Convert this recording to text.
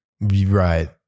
Right